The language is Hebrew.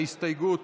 ההסתייגות